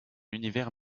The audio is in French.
univers